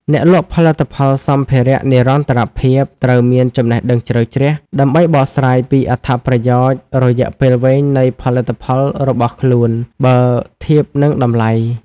អ្នកលក់ផលិតផលសម្ភារៈនិរន្តរភាពត្រូវមានចំណេះដឹងជ្រៅជ្រះ ដើម្បីបកស្រាយពីអត្ថប្រយោជន៍រយៈពេលវែងនៃផលិតផលរបស់ខ្លួនបើធៀបនឹងតម្លៃ។